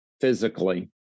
physically